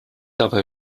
dabei